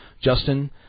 Justin